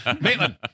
Maitland